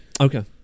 okay